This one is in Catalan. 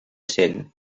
cent